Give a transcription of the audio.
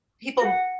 people